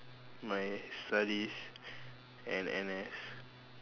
my studies and N_S